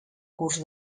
curs